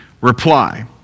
reply